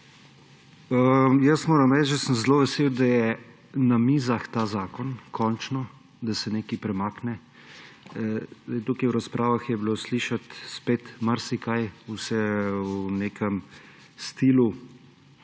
Moram reči, da sem zelo vesel, da je na mizah ta zakon, končno, da se nekaj premakne. V razpravah je bilo slišati spet marsikaj, vse v nekem stilu,